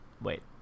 wait